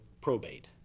probate